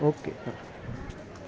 okay हां